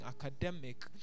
academic